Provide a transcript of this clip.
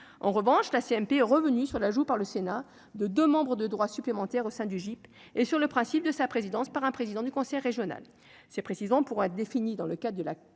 en revanche, la CMP sur la joue, par le Sénat de 2 membres de droit supplémentaire au sein du GIP et sur le principe de sa présidence par un président du conseil régional c'est précisant pour être défini dans le cas de la